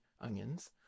onions